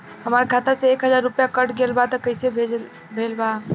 हमार खाता से एक हजार रुपया कट गेल बा त कइसे भेल बा?